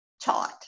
taught